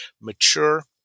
mature